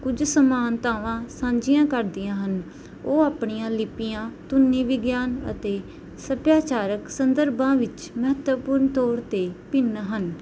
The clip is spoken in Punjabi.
ਕੁਝ ਸਮਾਨਤਾਵਾਂ ਸਾਂਝੀਆਂ ਕਰਦੀਆਂ ਹਨ ਉਹ ਆਪਣੀਆਂ ਲਿਪੀਆਂ ਧੁਨੀ ਵਿਗਿਆਨ ਅਤੇ ਸੱਭਿਆਚਾਰਕ ਸੁੰਦਰ ਬਾਂਹ ਵਿੱਚ ਮਹੱਤਵਪੂਰਨ ਤੌਰ 'ਤੇ ਭਿੰਨ ਹਨ